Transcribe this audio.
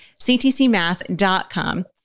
ctcmath.com